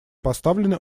поставлены